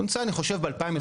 היא כונסה אני חושב ב-2021,